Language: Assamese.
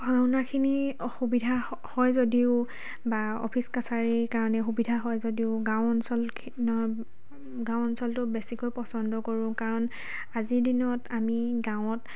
পঢ়া শুনাখিনিৰ অসুবিধা হয় যদিও বা অফিচ কাছাৰীৰ কাৰণে সুবিধা হয় যদিও গাঁও অঞ্চল গাঁও অঞ্চলটো বেছিকৈ পচন্দ কৰোঁ কাৰণ আজিৰ দিনত আমি গাঁৱত